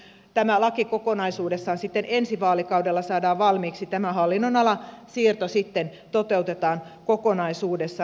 on järkevää kun tämä laki kokonaisuudessaan sitten ensi vaalikaudella saadaan valmiiksi että tämän hallinnonalan siirto sitten toteutetaan kokonaisuudessaan